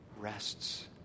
rests